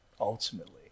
ultimately